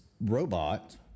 robot